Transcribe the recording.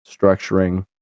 structuring